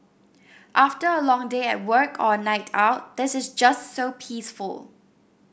after a long day at work or a night out this is just so peaceful